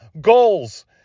goals